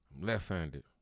Left-handed